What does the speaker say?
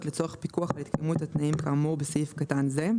לצורך פיקוח על התקיימות התנאים כאמור בסעיף קטן זה.